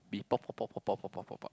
mee-pok pok pok pok pok pok pok pok